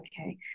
okay